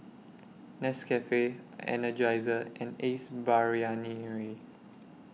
Nescafe Energizer and Ace Brainery